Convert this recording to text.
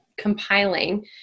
compiling